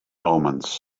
omens